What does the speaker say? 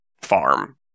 farm